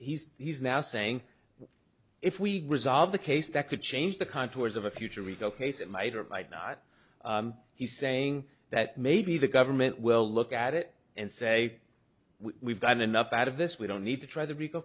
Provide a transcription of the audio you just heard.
he's he's now saying if we resolve the case that could change the contours of a future rico case it might or might not he's saying that maybe the government will look at it and say we've gotten enough out of this we don't need to try the r